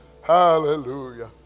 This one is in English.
Hallelujah